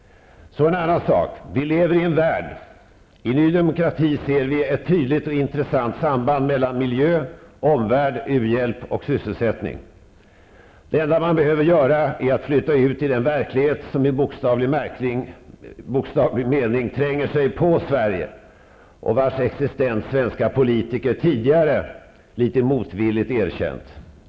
Så en annan sak. Vi lever i en värld. I Ny Demokrati ser vi ett tydligt och intressant samband mellan miljö, omvärld, u-hjälp och sysselsättning. Det enda man behöver göra är att flytta ut i den verklighet som i bokstavlig mening tränger sig på Sverige och vars existens svenska politiker tidigare litet motvilligt erkänt.